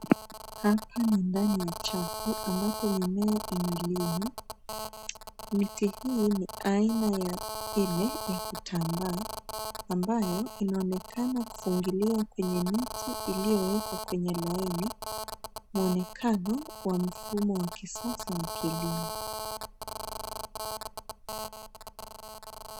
Hapa ni ndani ya chafu ambapo mimea inalimwa miti hii ni aina ya ile ya kutambaa ambayo inaonekana kufungiliwa kwenye miti iliyowekwa kwenye laini mwonekano wa mfumo wa kisasa wa kilimo.